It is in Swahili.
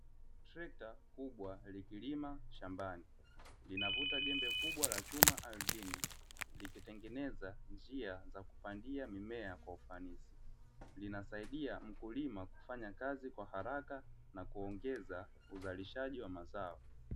Trekta kubwa likilima shambani linavuta jembe kubwa la chuma ardhini likitengeneza njia za kupandia mimea kwa ufanisi, linasaidia mkulima kufanya kazi kwa haraka na kuongeza uzalishaji wa mazao.